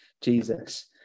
Jesus